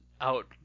out